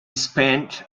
spent